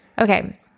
Okay